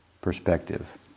perspective